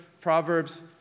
Proverbs